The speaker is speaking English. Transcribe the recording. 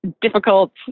difficult